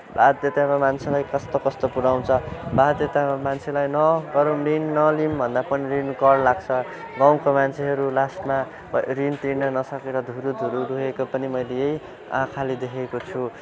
बाध्यतामा मान्छेलाई कस्तो कस्तो पुऱ्याउँछ बाध्यतामा मान्छेलाई नलिउँ नलिउँ भन्दा पनि रिन लिनु कर लाग्छ गाउँको मान्छेहरू लास्टमा रिन तिर्नु नसकेर धुरुधुरु रोएको पनि मैले यही आँखाले देखेको छु